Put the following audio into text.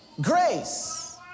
grace